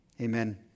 amen